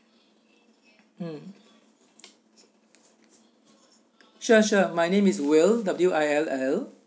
mm sure sure my name is will W I L L